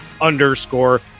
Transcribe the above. underscore